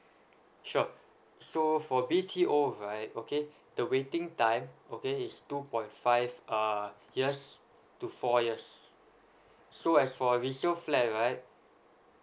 sure so for B_T_O right okay the waiting time okay is two point five uh years to four years so as for a resale flat right